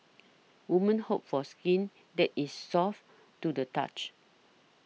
women hope for skin that is soft to the touch